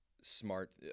smart –